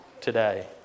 today